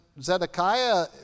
Zedekiah